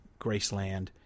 Graceland